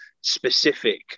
specific